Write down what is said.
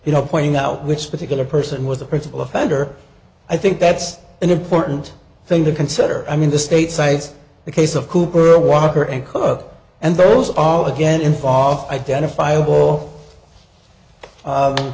you know pointing out which particular person was the principal offender i think that's an important thing to consider i mean the state cites the case of cooper walker and cook and those all again involved identifiable